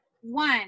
One